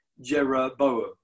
Jeroboam